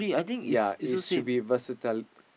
ya it should be versatile